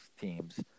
teams